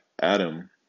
Adam